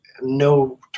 no